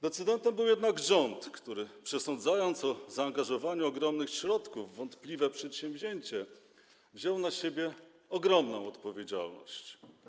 Decydentem był jednak rząd, który przesądzając o zaangażowaniu ogromnych środków w wątpliwie przedsięwzięcie, wziął na siebie ogromną odpowiedzialność.